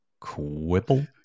quibble